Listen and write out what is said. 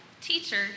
Teacher